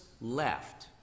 left